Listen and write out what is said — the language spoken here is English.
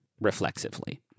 reflexively